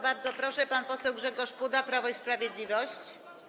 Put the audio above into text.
Bardzo proszę, pan poseł Grzegorz Puda, Prawo i Sprawiedliwość.